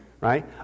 right